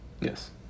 Yes